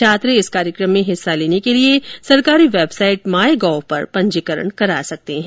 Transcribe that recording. छात्र इस कार्यक्रम में हिस्सा लेने के लिए सरकारी वेबसाइट माई गोव पर पंजीकरण करा सकते हैं